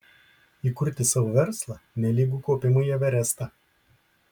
įkurti savo verslą nelygu kopimui į everestą